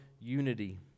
unity